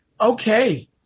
Okay